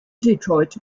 detroit